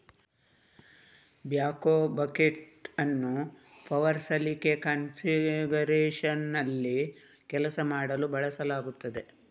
backhoe bucket ಅನ್ನು power ಸಲಿಕೆ ಕಾನ್ಫಿಗರೇಶನ್ನಲ್ಲಿ ಕೆಲಸ ಮಾಡಲು ಬಳಸಲಾಗುತ್ತದೆ